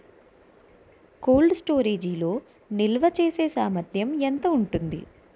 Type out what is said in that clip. Cold storage లో నిల్వచేసేసామర్థ్యం ఎంత ఉంటుంది?